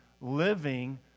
living